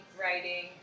writing